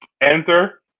enter